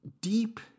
deep